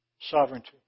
sovereignty